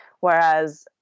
whereas